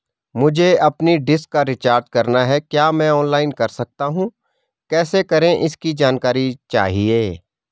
मुझे अपनी डिश का रिचार्ज करना है क्या मैं ऑनलाइन कर सकता हूँ कैसे करें इसकी जानकारी चाहिए?